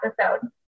episode